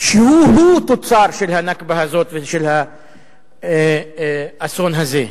שהוא תוצר של ה"נכבה" הזאת ושל האסון הזה.